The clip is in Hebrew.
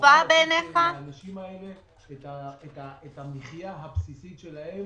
נוכל לתת לאנשים האלה את המחיה הבסיסית שלהם